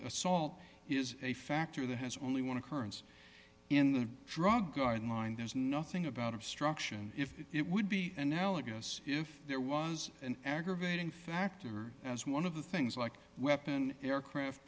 assault is a factor that has only want to currents in the drug guideline there's nothing about obstruction if it would be analogous if there was an aggravating factor as one of the things like weapon aircraft